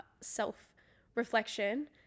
self-reflection